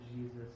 Jesus